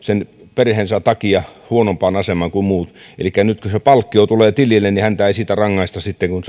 perheensä takia huonompaan asemaan kuin muut elikkä nyt kun se palkkio tulee tilille niin heitä ei siitä rangaista sitten kun